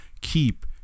keep